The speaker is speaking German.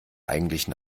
eigentlichen